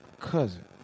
cousin